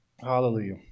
Hallelujah